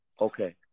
Okay